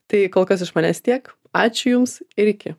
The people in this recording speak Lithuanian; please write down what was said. tai kol kas iš manęs tiek ačiū jums ir iki